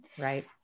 Right